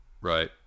right